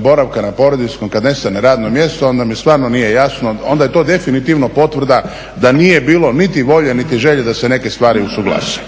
boravka na porodiljskom kad nestane radno mjesto onda mi stvarno nije jasno, onda je to definitivno potvrda da nije bilo niti volje, niti želje da se neke stvari usuglase.